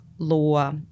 Law